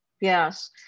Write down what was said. Yes